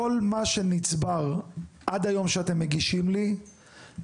כל מה שנצבר עד היום שאתם מגישים לי יהיה